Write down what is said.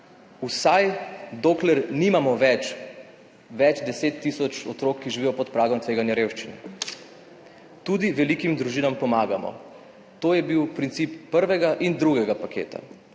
vsaj dokler nimamo več deset tisoč otrok, ki živijo pod pragom tveganja revščine. Tudi velikim družinam pomagamo. To je bil princip prvega in drugega paketa.